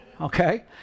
okay